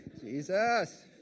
Jesus